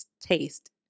taste